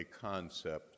concept